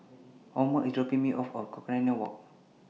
Omer IS dropping Me off At Walk